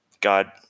God